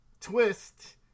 Twist